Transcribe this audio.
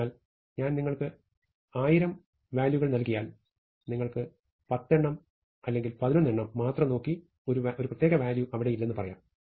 അതിനാൽ ഞാൻ നിങ്ങൾക്ക് 1000 വാല്യൂകൾ നൽകിയാൽ നിങ്ങൾക്ക് 10 അല്ലെങ്കിൽ 11 എണ്ണം മാത്രം നോക്കി ഒരു പ്രത്യേക വാല്യൂ അവിടെയില്ലെന്ന് പറയാം